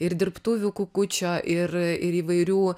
ir dirbtuvių kukučio ir ir įvairių